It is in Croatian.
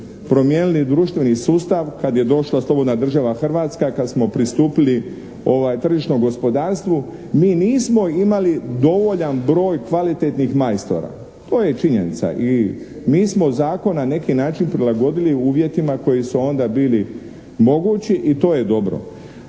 promijenili društveni sustav, kad je došla slobodna država Hrvatska, kad smo pristupili tržišnom gospodarstvu mi nismo imali dovoljan broj kvalitetnih majstora. To je činjenica. I mi smo zakon na neki način prilagodili uvjetima koji su onda bili mogući i to je dobro.